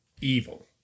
evil